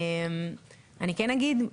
אני כן אגיד,